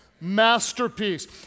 masterpiece